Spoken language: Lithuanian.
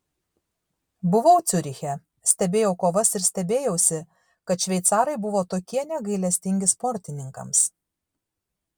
buvau ciuriche stebėjau kovas ir stebėjausi kad šveicarai buvo tokie negailestingi sportininkams